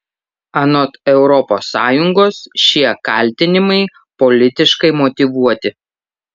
anot europos sąjungos šie kaltinimai politiškai motyvuoti